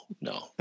no